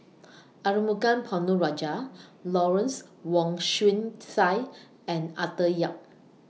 Arumugam Ponnu Rajah Lawrence Wong Shyun Tsai and Arthur Yap